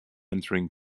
entering